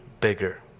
bigger